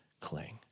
cling